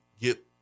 get